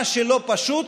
מה שלא פשוט,